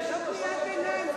לא קריאת ביניים,